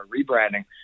rebranding